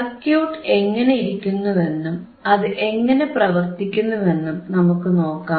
circuit എങ്ങനെയിരിക്കുന്നുവെന്നും അത് എങ്ങനെ പ്രവർത്തിക്കുന്നുവെന്നും നമുക്കുനോക്കാം